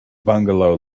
bungalow